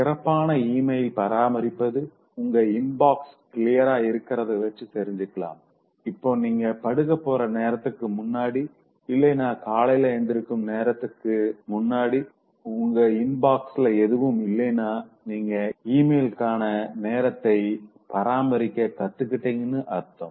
சிறப்பான இமெயில் பராமரிப்பு உங்க இன்பாக்ஸ் கிளியரா இருக்கிறத வச்சு தெரிஞ்சுக்கலாம் இப்போ நீங்க படுக்கப் போற நேரத்துக்கு முன்னாடி இல்லைன்னா காலையில எந்திரிக்கும் நேரத்துல உங்க இன்பாக்ஸ்ல எதுவும் இல்லைனா நீங்க இமெயில்காண நேரத்தை பராமரிக்க கத்துகிட்டிங்கனு அர்த்தம்